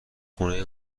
خونه